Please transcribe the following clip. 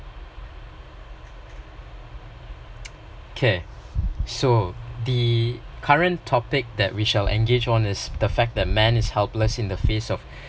okay so the current topic that we shall engage on is the fact that the man is helpless in the face of